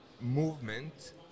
movement